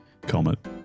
Comet